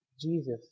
Jesus